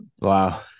Wow